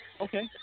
Okay